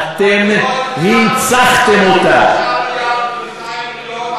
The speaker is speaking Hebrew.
ארבע שנים היה לכם,